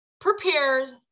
prepares